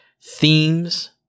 themes